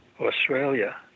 Australia